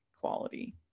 quality